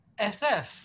SF